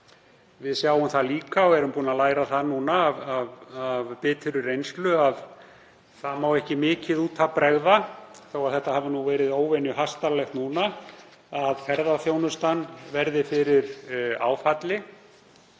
Við sjáum það líka og erum búin að læra það núna af biturri reynslu að það má ekki mikið út af bregða, þó að þetta hafi verið óvenju hastarlegt núna, til að ferðaþjónustan verði fyrir áfalli.